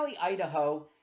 Idaho